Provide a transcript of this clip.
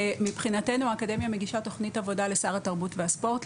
מבחינתנו האקדמיה מגישה תכנית עבודה לשר התרבות והספורט,